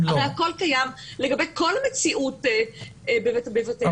הרי הכול קיים לגבי כל מציאות בבתי הדין.